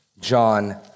John